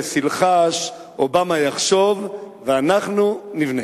פרס ילחש, אובמה יחשוב, ואנחנו, נבנה.